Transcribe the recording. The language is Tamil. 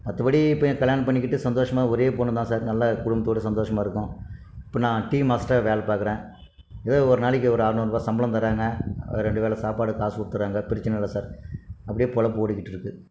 மற்ற படி இப்போ என் கல்யாணம் பண்ணிக்கிட்டு சந்தோஷமாக ஒரே பொண்ணு தான் சார் நல்லா குடும்பத்தோடய சந்தோஷமாக இருக்கோம் இப்போ நான் டீ மாஸ்ட்ராக வேலை பார்க்குறேன் இதே ஒரு நாளைக்கி ஒரு அறநூறுபா சம்பளம் தராங்க ரெண்டு வேலை சாப்பாடுக்கு காசு கொடுத்துட்றாங்க பிரச்சின இல்லை சார் அப்படியே பொழப்பு ஓடிக்கிட்டு இருக்கு